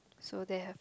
so they have